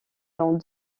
dans